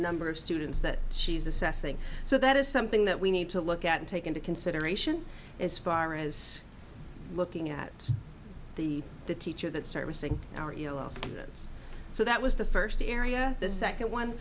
number of students that she's assessing so that is something that we need to look at and take into consideration as far as looking at the the teacher that servicing our lives so that was the first area the second one